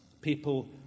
people